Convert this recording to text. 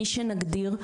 מי שנגדיר,